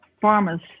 farmers